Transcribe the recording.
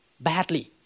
badly